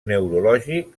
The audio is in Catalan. neurològic